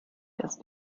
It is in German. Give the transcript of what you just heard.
das